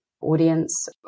audience